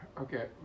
Okay